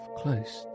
close